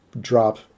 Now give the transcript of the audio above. drop